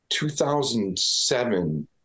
2007